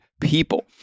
people